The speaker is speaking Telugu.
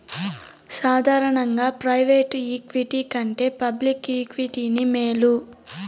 సాదారనంగా ప్రైవేటు ఈక్విటి కంటే పబ్లిక్ ఈక్విటీనే మేలు